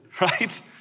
right